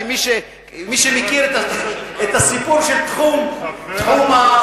מי שמכיר את הסיפור של תחום הבושה,